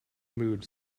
mood